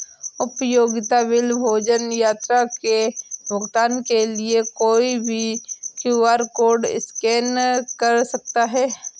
उपयोगिता बिल, भोजन, यात्रा के भुगतान के लिए कोई भी क्यू.आर कोड स्कैन कर सकता है